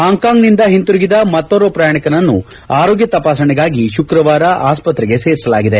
ಹಾಂಗ್ಕಾಂಗ್ನಿಂದ ಹಿಂತಿರುಗಿದ ಮತ್ತೋರ್ವ ಪ್ರಯಾಣಿಕನನ್ನು ಆರೋಗ್ಯ ತಪಾಸಣೆಗಾಗಿ ಶುಕ್ರವಾರ ಆಸ್ಪತ್ರೆಗೆ ಸೇರಿಸಲಾಗಿದೆ